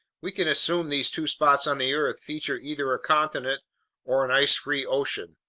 we can assume these two spots on the earth feature either a continent or an ice-free ocean.